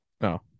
No